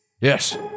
Yes